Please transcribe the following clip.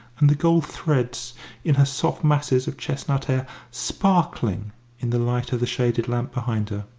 and the gold threads in her soft masses of chestnut hair sparkling in the light of the shaded lamp behind her.